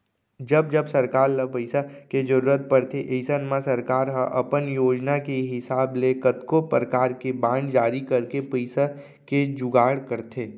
जब जब सरकार ल पइसा के जरूरत परथे अइसन म सरकार ह अपन योजना के हिसाब ले कतको परकार के बांड जारी करके पइसा के जुगाड़ करथे